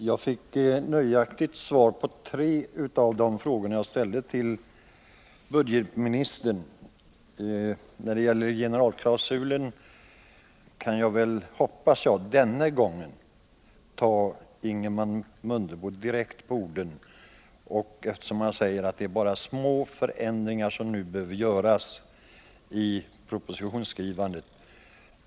Herr talman! Jag fick ett nöjaktigt svar på två av de tre frågor jag ställde till När det gäller generalklausulen kan jag väl denna gång — hoppas jag — ta Ingemar Mundebo direkt på orden, eftersom han säger att det bara är små förändringar som nu behöver göras i propositionsskrivandet.